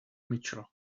mitchell